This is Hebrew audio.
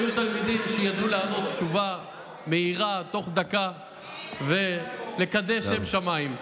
היו תלמידים שידעו לענות תשובה מהירה בתוך דקה ולקדש שם שמיים.